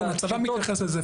הצבא מתייחס לזה,